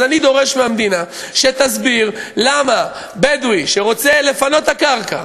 אז אני דורש מהמדינה שתסביר למה בדואי שרוצה לפנות את הקרקע,